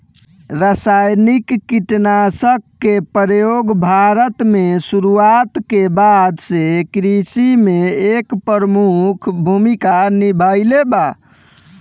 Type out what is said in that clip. रासायनिक कीटनाशक के प्रयोग भारत में शुरुआत के बाद से कृषि में एक प्रमुख भूमिका निभाइले बा